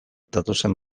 datozen